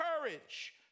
courage